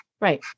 right